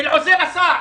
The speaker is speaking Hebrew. של עוזר השר,